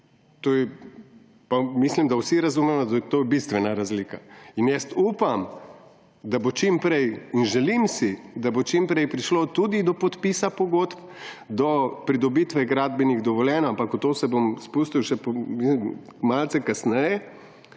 mislim, da vsi razumemo, da je to bistvena razlika. In upam, da bo čim prej, in želim si, da bo čim prej prišlo tudi do podpisa pogodb, do pridobitve gradbenih dovoljenj, ampak v to sem bom spustil malce kasneje.